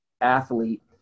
athlete